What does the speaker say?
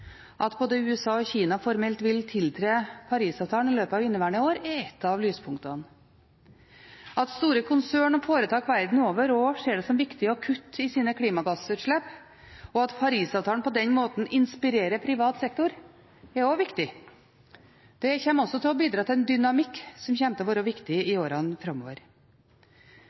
At både USA og Kina formelt vil tiltre Paris-avtalen i løpet av inneværende år, er ett av lyspunktene. At store konsern og foretak verden over ser det som viktig å kutte i sine klimagassutslipp, og at Paris-avtalen på den måten inspirerer privat sektor, er også viktig. Det kommer til å bidra til en dynamikk som kommer til å være viktig i åra framover.